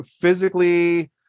physically